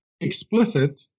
explicit